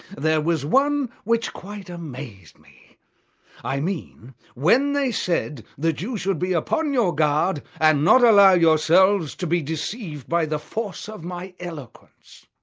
there was one which quite amazed me i mean when they said that you should be upon your guard and not allow yourselves to be deceived by the force of my eloquence.